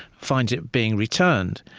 finds it being returned.